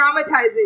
traumatizing